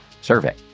survey